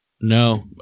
No